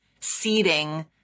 seeding